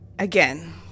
Again